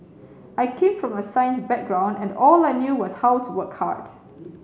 I came from a science background and all I knew was how to work hard